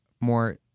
more